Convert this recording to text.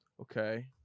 Okay